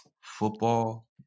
football